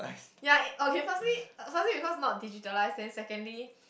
ya it okay firstly firstly because not digitalize then secondly